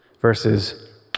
versus